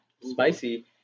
spicy